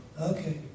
okay